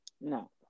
no